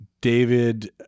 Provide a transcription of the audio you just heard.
David